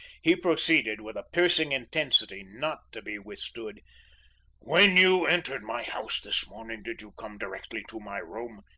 he proceeded, with a piercing intensity not to be withstood when you entered my house this morning, did you come directly to my room?